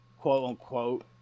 quote-unquote